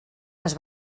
les